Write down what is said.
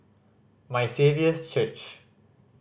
My Saviour's Church